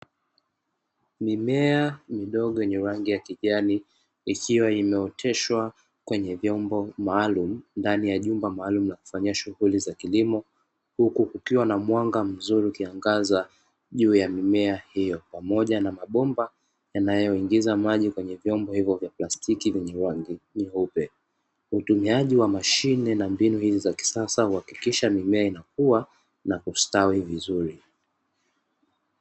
Mimea midogo yenye rangi ya kijani ikiwa imeoteshwa kwenye vyombo maalumu ndani ya jumba maalum na kufanya shughuli za kilimo. Huku kukiwa na mwanga mzuri ukiangaza juu ya mimea hiyo pamoja, na mabomba yanayoingiza maji kwenye vyombo hivyo vya plastiki meupe. Utumiaji wa mashine na mbinu hizi za kisasa uhakikisha mimea inakuwa na kustawi vizuri.